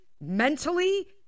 mentally